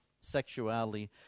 sexuality